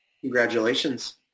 Congratulations